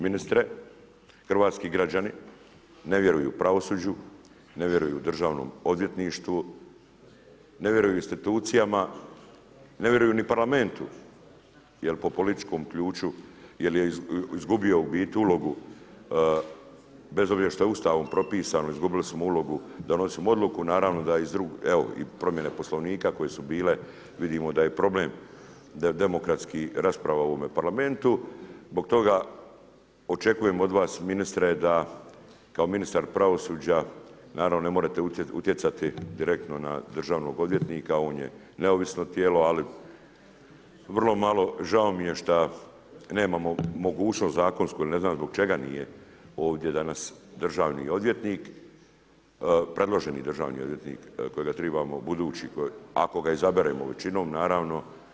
Ministre, hrvatski građani ne vjeruju pravosuđu, ne vjeruju Državnom odvjetništvu, ne vjeruju institucijama, ne vjeruju ni Parlamentu jer po političkom ključu jer je izgubio u biti ulogu bez obzira što je Ustavom propisano, izgubili smo ulogu da donosimo odluku, naravno i promjene Poslovnika koje su bile, vidimo da je problem, da je demokratski rasprava u ovome Parlamentu, zbog toga očekujem od vas ministre da kao ministar pravosuđa, naravno ne možete utjecati direktno na državnog odvjetnika, on je neovisno tijelo ali žao mi je šta nemamo mogućnost zakonsko jer ne znam zbog čega nije ovdje danas državni odvjetnik, predloženi državni odvjetnik budući ako ga izaberemo većinom naravno.